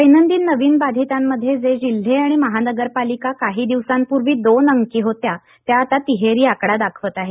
दैनंदिन नवीन बाधितांमध्ये जे जिल्हे आणि महानगरपालिका काही दिवसांपूर्वी दोन अंकी होत्या त्या आता तिहेरी आकडा दाखवत आहेत